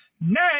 next